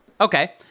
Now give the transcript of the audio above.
Okay